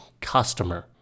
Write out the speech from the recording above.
customer